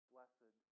Blessed